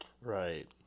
Right